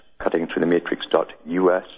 cuttingthroughthematrix.us